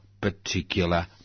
particular